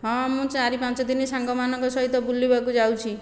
ହଁ ମୁଁ ଚାରି ପାଞ୍ଚ ଦିନ ସାଙ୍ଗମାନଙ୍କ ସହିତ ବୁଲିବାକୁ ଯାଉଛି